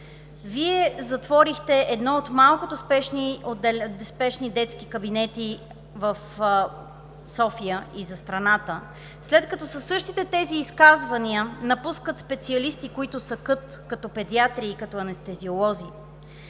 Вие затворихте един от малкото спешни детски кабинети в София и за страната; след като със същите тези изказвания напускат специалисти, които са кът – като педиатри и като анестезиолози;